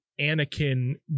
Anakin